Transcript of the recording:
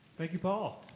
thank you paul.